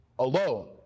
alone